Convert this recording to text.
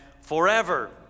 forever